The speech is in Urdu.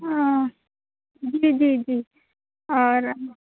ہاں جی جی جی اور